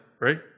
right